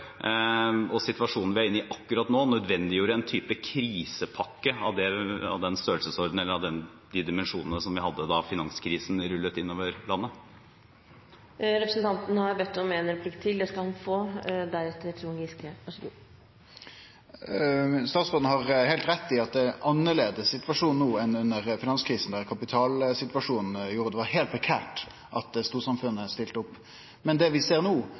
og situasjonen vi er inne i akkurat nå, nødvendiggjorde en type krisepakke av den størrelsesorden eller av de dimensjonene som vi hadde da finanskrisen rullet inn over landet. Statsråden har heilt rett i at situasjonen er annleis no enn under finanskrisa, da kapitalsituasjonen gjorde at det var heilt prekært at storsamfunnet stilte opp. Men det vi ser